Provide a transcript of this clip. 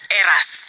eras